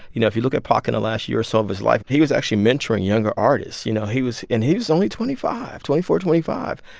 you know, if you look at pac in the last year or so of his life, he was actually mentoring younger artists. you know, he was and he was only twenty five twenty four twenty five,